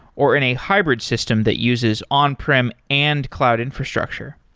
or in a hybrid system that uses on-prem and cloud infrastructure.